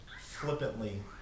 flippantly